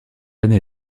année